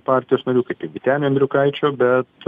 partijos narių kaip ir vytenio andriukaičio bet